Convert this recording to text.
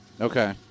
Okay